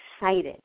excited